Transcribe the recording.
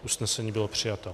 Usnesení bylo přijato.